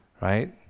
right